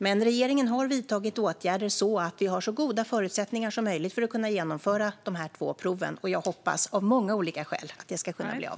Men regeringen har vidtagit åtgärder så att det finns så goda förutsättningar som möjligt för att genomföra dessa två prov, och jag hoppas - av många olika skäl - att de ska kunna bli av.